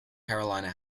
carolina